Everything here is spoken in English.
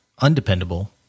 undependable